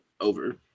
over